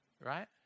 right